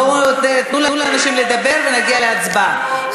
בואו, תנו לאנשים לדבר ונגיע להצבעה.